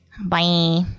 Bye